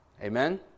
Amen